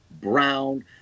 Brown